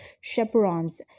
chaperons